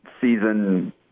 season